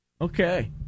Okay